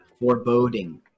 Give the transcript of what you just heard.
foreboding